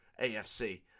AFC